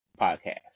Podcast